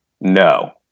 no